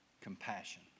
Compassion